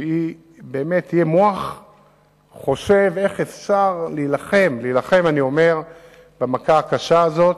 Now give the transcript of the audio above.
שהיא תהיה מוח חושב איך להילחם במכה הקשה הזאת,